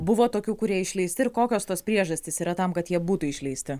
buvo tokių kurie išleisti ir kokios tos priežastys yra tam kad jie būtų išleisti